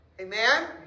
Amen